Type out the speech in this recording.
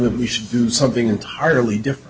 that we should do something entirely different